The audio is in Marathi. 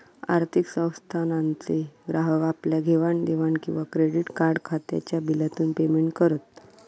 आर्थिक संस्थानांचे ग्राहक आपल्या घेवाण देवाण किंवा क्रेडीट कार्ड खात्याच्या बिलातून पेमेंट करत